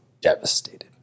devastated